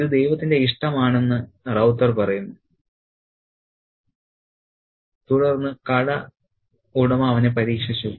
ഇത് ദൈവത്തിന്റെ ഇഷ്ടമാണെന്ന് റൌത്തർ പറയുന്നു തുടർന്ന് കട ഉടമ അവനെ പരീക്ഷിച്ചു